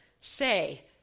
say